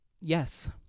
yes